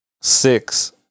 six